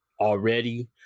already